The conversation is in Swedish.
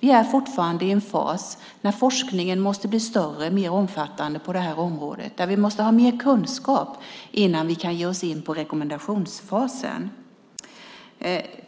Vi är fortfarande i en fas då forskningen måste bli större och mer omfattande på detta område. Vi måste ha mer kunskap innan vi kan ge oss in på rekommendationsfasen.